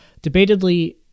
debatedly